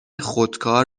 خودکار